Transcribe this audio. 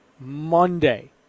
Monday